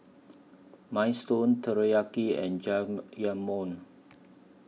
Minestrone Teriyaki and Jajangmyeon